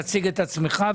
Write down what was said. תציג את עצמך.